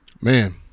Man